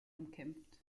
umkämpft